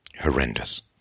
horrendous